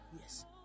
yes